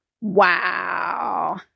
Wow